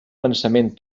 pensament